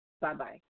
Bye-bye